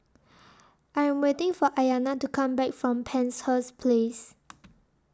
I Am waiting For Ayana to Come Back from Penshurst Place